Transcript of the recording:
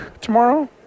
tomorrow